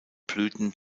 blüten